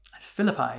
Philippi